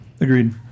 Agreed